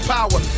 Power